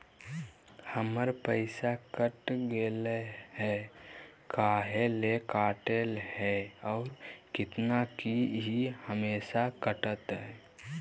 हमर पैसा कट गेलै हैं, काहे ले काटले है और कितना, की ई हमेसा कटतय?